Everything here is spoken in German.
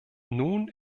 nun